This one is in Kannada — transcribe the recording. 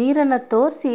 ನೀರನ್ನು ತೋರಿಸಿ